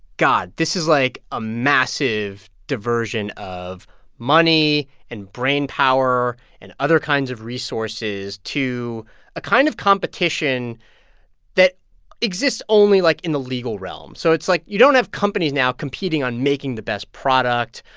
god, this is like a massive diversion of money and brainpower and other kinds of resources to a kind of competition that exists only, like, in the legal realm. so it's like you don't have companies now competing on making the best product,